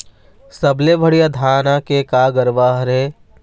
सबले बढ़िया धाना के का गरवा हर ये?